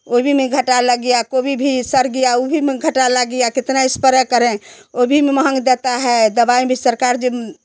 गोभी में भी घाटा लग गया गोभी भी सड़ गया वो भी घटा लग गया कितना स्प्रे करे गोभी महेंग देता हैं दवाई भी सरकार जो